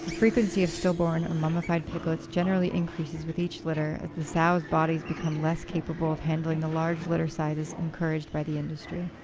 frequency of stillborn or mummified piglets generally increases with each litter as the sows' bodies become less capable of handling the large litter sizes encouraged by the industry.